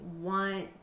want